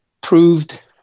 proved